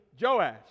Joash